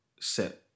set